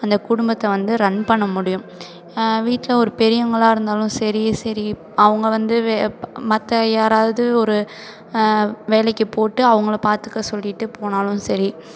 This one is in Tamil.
அந்த குடும்பத்தை வந்து ரன் பண்ண முடியும் வீட்டில் ஒரு பெரியவங்களாக இருந்தாலும் சரி சரி அவங்க வந்து மற்ற யாராவது ஒரு வேலைக்கு போட்டு அவங்கள பார்த்துக்க சொல்லிட்டு போனாலும் சரி